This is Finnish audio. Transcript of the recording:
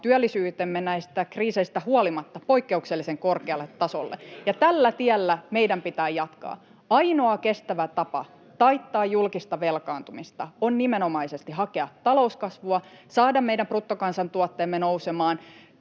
työllisyytemme näistä kriiseistä huolimatta poikkeuksellisen korkealle tasolle, ja tällä tiellä meidän pitää jatkaa. Ainoa kestävä tapa taittaa julkista velkaantumista on nimenomaisesti hakea talouskasvua, saada meidän bruttokansantuotteemme nousemaan,